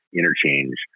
interchange